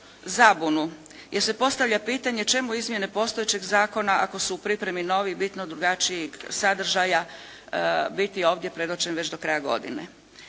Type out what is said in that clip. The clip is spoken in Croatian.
zabunu jer ste postavlja pitanje čemu izmjene postojećeg zakona ako su u pripremi novi i bitno drugačijeg sadržaja biti ovdje predočen već do kraja godine.